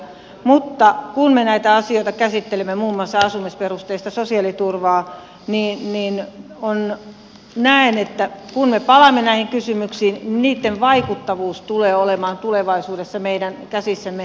mutta kun me näitä asioita käsittelimme muun muassa asumisperusteista sosiaaliturvaa niin näen että kun me palaamme näihin kysymyksiin niin niitten vaikuttavuus tulee olemaan tulevaisuudessa meidän käsissämme